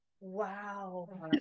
Wow